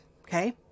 Okay